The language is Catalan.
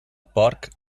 porc